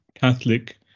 Catholic